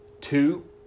Two